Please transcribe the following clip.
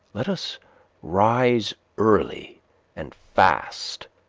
let us rise early and fast,